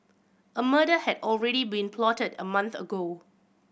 a murder had already been plotted a month ago